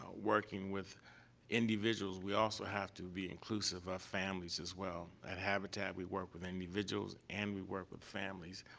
ah working with individuals, we also have to be inclusive of ah families, as well. at habitat, we work with individuals, and we work with families,